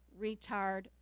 retard